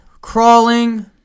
Crawling